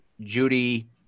Judy